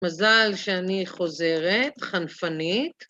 מזל שאני חוזרת, חנפנית,